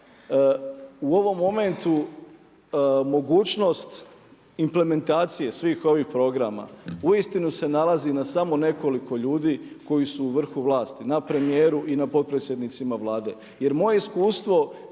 u ovom momentu mogućnost implementacije svih ovih programa uistinu se nalazi na samo nekoliko ljudi koji su u vrhu vlasti, na premijeru i na potpredsjednicima Vlade. Jer moje iskustvo